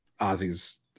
Ozzy's